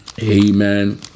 Amen